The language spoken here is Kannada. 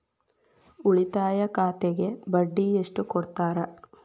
ಉಳಿತಾಯ ಖಾತೆಗೆ ಬಡ್ಡಿ ಎಷ್ಟು ಕೊಡ್ತಾರ?